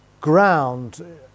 ground